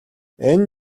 энэ